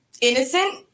innocent